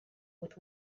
with